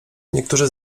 niektórzy